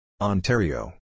Ontario